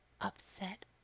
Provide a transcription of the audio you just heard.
upset